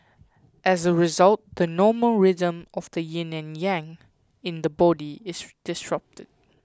as a result the normal rhythm of the yin and yang in the body is disrupted